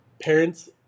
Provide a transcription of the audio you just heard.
parents